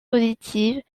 positives